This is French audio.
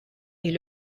est